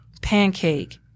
pancake